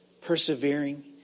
persevering